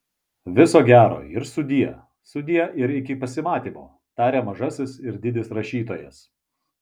viso gero ir sudie sudie ir iki pasimatymo taria mažasis ir didis rašytojas